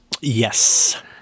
Yes